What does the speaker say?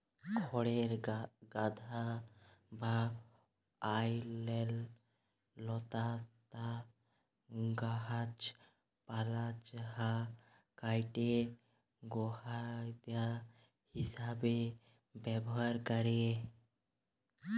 খড়ের গাদা বা অইল্যাল্য লতালা গাহাচপালহা কাইটে গখাইদ্য হিঁসাবে ব্যাভার ক্যরে